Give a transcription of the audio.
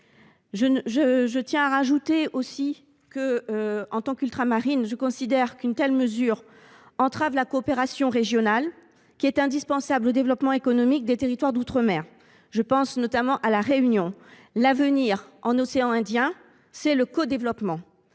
article. Par ailleurs, en tant qu’Ultramarine, je considère qu’une telle mesure entraverait la coopération régionale, indispensable au développement économique des territoires d’outre mer – je pense notamment à La Réunion. L’avenir en océan Indien, c’est le codéveloppement.